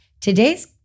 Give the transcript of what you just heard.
today's